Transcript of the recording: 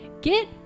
Get